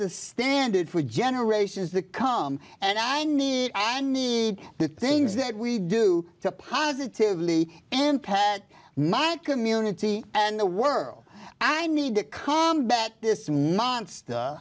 the standard for generations the com and i need i need the things that we do to positively and pat my community and the world i need to combat this monster